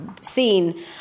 scene